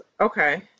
Okay